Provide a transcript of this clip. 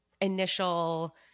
initial